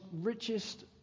richest